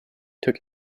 took